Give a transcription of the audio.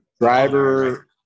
Driver –